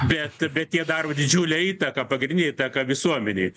bet bet jie daro didžiulę įtaką pagrindinę įtaką visuomenėj